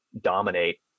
dominate